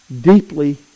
deeply